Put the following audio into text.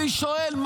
אני שואל,